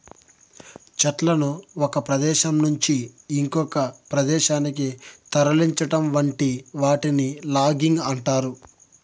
చెట్లను ఒక ప్రదేశం నుంచి ఇంకొక ప్రదేశానికి తరలించటం వంటి వాటిని లాగింగ్ అంటారు